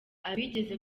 abigeze